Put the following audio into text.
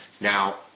Now